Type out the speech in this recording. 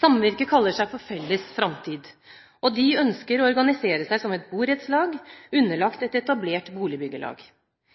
Samvirket kaller seg Felles Framtid, og de ønsker å organisere seg som et borettslag underlagt et etablert boligbyggelag.